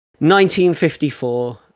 1954